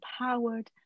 empowered